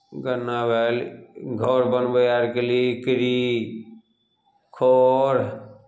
गन्ना भेल घर बनबै आरके लिए इकरी खढ़